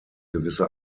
gewisse